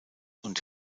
und